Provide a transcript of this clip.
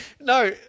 No